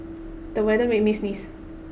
the weather made me sneeze